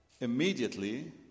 Immediately